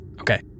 Okay